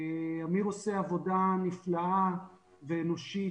אמיר עושה עבודה נפלאה ואנושית